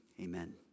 Amen